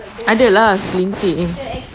ada lah segelintir